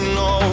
no